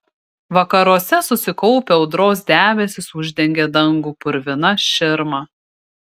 vakaruose susikaupę audros debesys uždengė dangų purvina širma